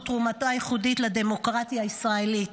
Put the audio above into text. תרומתו הייחודית לדמוקרטיה הישראלית.